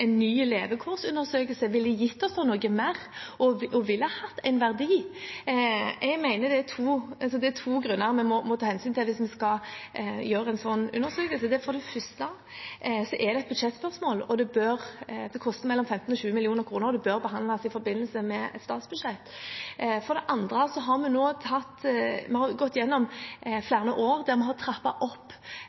ny levekårsundersøkelse ville gitt oss noe mer og hatt en verdi. Jeg mener det er to grunner vi må ta hensyn til hvis vi skal gjøre en slik undersøkelse. For det første er det et budsjettspørsmål. Det koster mellom 15 mill. kr og 20 mill. kr, og det bør behandles i forbindelse med et statsbudsjett. For det andre har vi nå gjennom flere år trappet opp studiestøtten, og vi er på vei til å få elleve måneders studiestøtte. Jeg mener det vil være nyttig og gi et bedre bilde hvis vi